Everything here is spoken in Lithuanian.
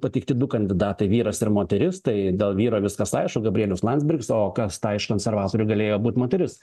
pateikti du kandidatai vyras ir moteris tai dėl vyro viskas aišku gabrielius landsbergis o kas tą iš konservatorių galėjo būt moteris